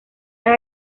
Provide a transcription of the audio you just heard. las